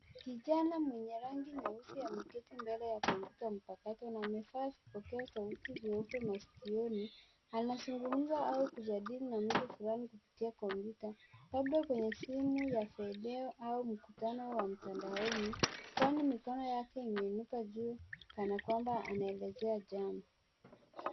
Kijana mwenye rangi nyeusi ameketi mbele ya komyuta mpakato na amevaa vipokeo sauti vilio meupe maskioni, anazungumza au kujadili na mtu fulani kupitia kompyuta labda kwenye simu ya video au mkutano wa mtandaoni kwaini mikono yake imeunuka juu kana kwamba anaelezea jambo.